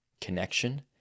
connection